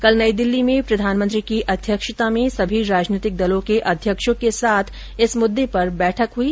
कल नई दिल्ली में प्रधानमंत्री की अध्यक्षता में सभी राजनीतिक दलों के अध्यक्षों के साथ इस मुद्दे पर बैठक हुई